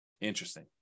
Interesting